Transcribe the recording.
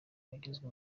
wagizwe